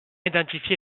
identifier